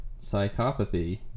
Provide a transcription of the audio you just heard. psychopathy